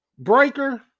Breaker